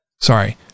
sorry